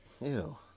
Ew